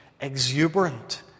exuberant